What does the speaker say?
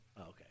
Okay